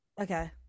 Okay